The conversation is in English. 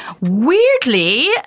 weirdly